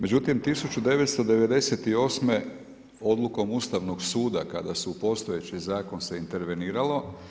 Međutim, 1998. odlukom Ustavnog suda kada se u postojeći zakon interveniralo.